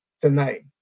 tonight